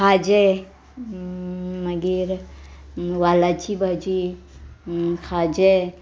खाजें मागीर वालाची भाजी खाजें